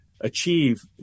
achieve